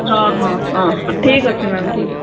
ହଁ ହଁ ହଁ ହଁ ଠିକ୍ ଅଛି ମ୍ୟାମ୍ ଠିକ୍ ଅଛି